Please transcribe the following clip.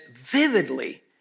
vividly